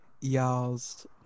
y'all's